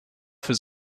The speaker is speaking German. für